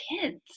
kids